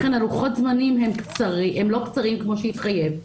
לכן לוחות הזמנים לא קצרים כמו שהתחייב.